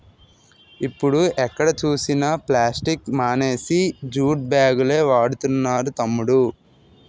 ఇప్పుడు ఎక్కడ చూసినా ప్లాస్టిక్ మానేసి జూట్ బాగులే వాడుతున్నారు తమ్ముడూ